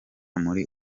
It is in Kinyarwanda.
muri